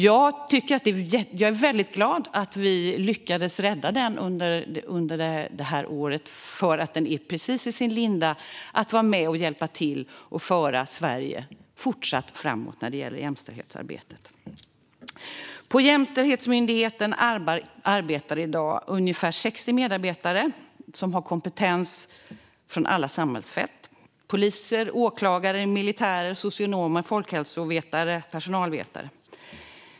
Jag är väldigt glad att vi lyckades rädda den under det här året, för den är precis i sin linda och kan vara med och hjälpa till att fortsätta föra Sverige framåt i jämställdhetsarbetet. På Jämställdhetsmyndigheten arbetar i dag ungefär 60 medarbetare som har kompetens från alla samhällsfält. Det är poliser, åklagare, militärer, socionomer, folkhälsovetare och personalvetare.